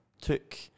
took